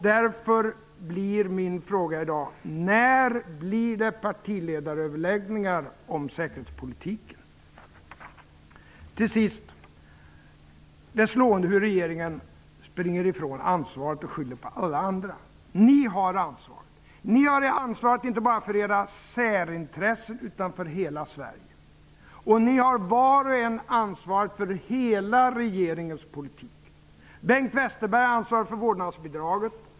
Därför blir min fråga i dag: När blir det partiledaröverläggningar om säkerhetspolitiken? Till sist: Det är slående hur regeringen springer ifrån ansvaret och skyller på alla andra. Ni har ansvaret. Ni har ansvar inte bara för era särintressen utan för hela Sverige. Ni har var och en ansvar för hela regeringens politik. Bengt Westerberg har ansvar för vårdnadsbidraget.